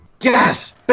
Yes